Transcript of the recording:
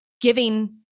giving